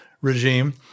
regime